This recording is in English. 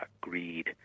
greed